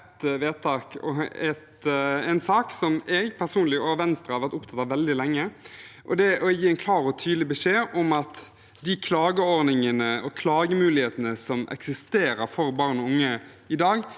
vedtak i – en sak som jeg personlig og Venstre har vært opptatt av veldig lenge, og det er å gi en klar og tydelig beskjed om at de klageordningene og klagemulighetene som eksisterer for barn og unge i dag,